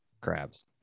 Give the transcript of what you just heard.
crabs